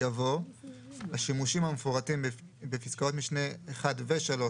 יבוא "לשימושים המפורטים בפסקאות משנה (1) ו-(3),